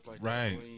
right